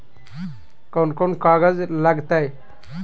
कौन कौन कागज लग तय?